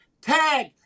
Tag